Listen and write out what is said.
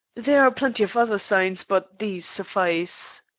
there are plenty of other signs, but these suffice.